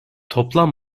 toplam